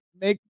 make